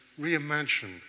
reimagine